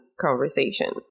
conversation